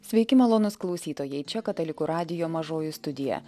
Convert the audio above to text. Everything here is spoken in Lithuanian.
sveiki malonūs klausytojai čia katalikų radijo mažoji studija